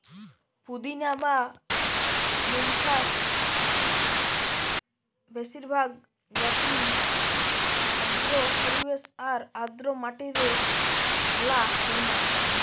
পুদিনা বা মেন্থার বেশিরভাগ জাতিই আর্দ্র পরিবেশ আর আর্দ্র মাটিরে ভালা জন্মায়